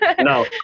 No